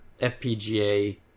fpga